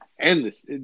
endless